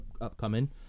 upcoming